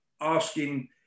asking